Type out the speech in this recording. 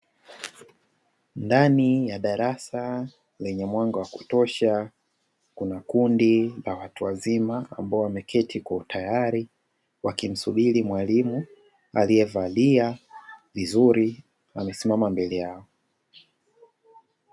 Ndani ya darasa lenye mwanga wa kutosha, kuna kundi la watu wazima ambao wameketi kwa utayari, wakimsubiri mwalimu aliyevalia vizuri amesimama mbele yao.